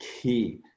key